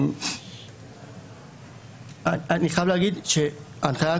אני חייב להגיד שההנחיה,